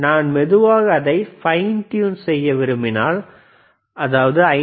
நான் மெதுவாக அதை ஃபைன் ட்யூன் செய்ய விரும்பினால் 5